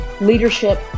leadership